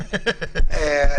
אובדנות,